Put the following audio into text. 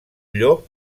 llop